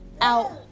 out